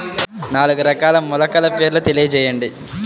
నాలుగు రకాల మొలకల పేర్లు తెలియజేయండి?